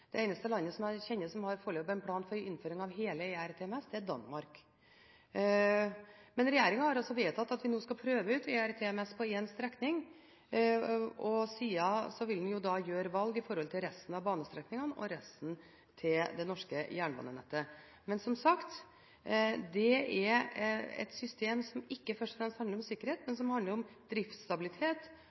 Det eneste landet jeg kjenner til foreløpig som har en plan for innføring av hele ERTMS, er Danmark. Men regjeringen har altså vedtatt at vi nå skal prøve ut ERTMS på én strekning. Siden vil en gjøre valg når det gjelder resten av banestrekningene og det norske jernbanenettet. Men som sagt, det er et system som ikke først og fremst handler om sikkerhet, men om driftsstabilitet,